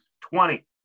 Twenty